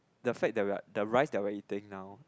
the fact we're the rice that they we're eating now